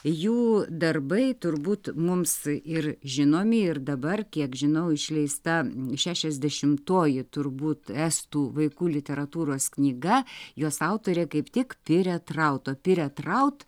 jų darbai turbūt mums ir žinomi ir dabar kiek žinau išleista šešiasdešimtoji turbūt estų vaikų literatūros knyga jos autorė kaip tik piret raud o piret raud